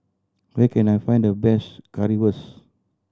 where can I find the best Currywurst